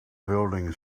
building